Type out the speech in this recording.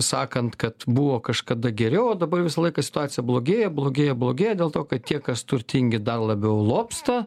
sakant kad buvo kažkada geriau o dabar visą laiką situacija blogėja blogėja blogėja dėl to kad tie kas turtingi dar labiau lobsta